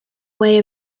way